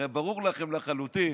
הרי ברור לכם לחלוטין